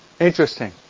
Interesting